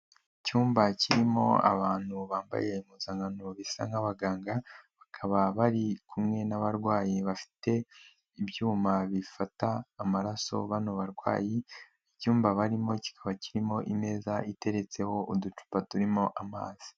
Icyumba kirimo abantu bambaye impuzankano bisa nk'abaganga, bakaba bari kumwe n'abarwayi bafite ibyuma bifata amaraso bano barwayi, icyumba barimo kikaba kirimo imeza iteretseho uducupa turimo amazi.